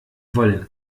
wollen